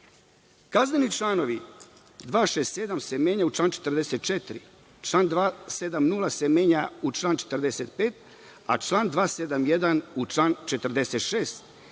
Rimu. Kazneni član 267. se menja u član 44, član 270. se menja u član 45, a član 271. u član 46,